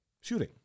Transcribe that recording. shooting